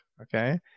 Okay